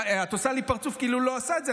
את עושה לי פרצוף כאילו הוא לא עושה את זה.